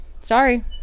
Sorry